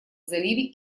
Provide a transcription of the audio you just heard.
заливе